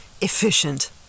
efficient